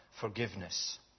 forgiveness